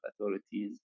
authorities